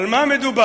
על מה מדובר?